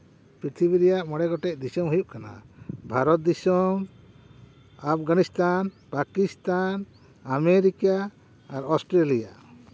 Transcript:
ᱯᱨᱤᱛᱷᱤᱵᱤ ᱨᱮᱭᱟᱜ ᱢᱚᱬᱮ ᱜᱚᱴᱮᱱ ᱫᱤᱥᱚᱢ ᱦᱩᱭᱩᱜ ᱠᱟᱱᱟ ᱵᱷᱟᱨᱚᱛ ᱫᱤᱥᱚᱢ ᱟᱯᱷᱜᱟᱱᱤᱥᱛᱟᱱ ᱯᱟᱠᱤᱥᱛᱷᱟᱱ ᱟᱢᱮᱨᱤᱠᱟ ᱚᱥᱴᱨᱮᱞᱤᱭᱟ